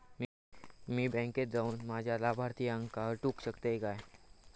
मी बँकेत जाऊन माझ्या लाभारतीयांका हटवू शकतय काय?